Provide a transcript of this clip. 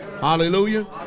Hallelujah